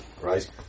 right